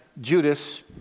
Judas